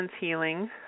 healing